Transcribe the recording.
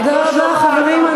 תודה רבה, חברים.